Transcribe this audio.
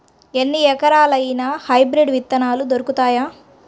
ఎన్ని రకాలయిన హైబ్రిడ్ విత్తనాలు దొరుకుతాయి?